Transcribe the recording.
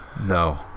No